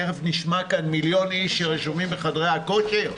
תכף נשמע כאן, מיליון איש שרשומים בחדרי הכושר?